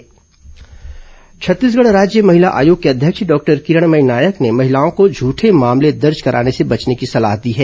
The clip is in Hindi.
महिला आयोग सुनवाई छत्तीसगढ़ राज्य महिला आयोग की अध्यक्ष डॉक्टर किरणमयी नायक ने महिलाओं को झूठे मामले दर्ज कराने से बचने की सलाह दी है